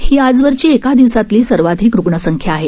ही आजवरची एका दिवसातली सर्वाधिक रुग्णसंख्या आहे